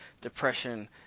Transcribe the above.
depression